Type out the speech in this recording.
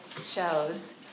shows